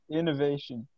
innovation